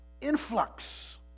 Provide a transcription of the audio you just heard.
influx